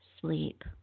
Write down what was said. sleep